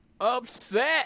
Upset